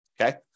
okay